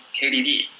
KDD